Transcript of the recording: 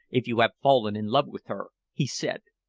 if you have fallen in love with her, he said.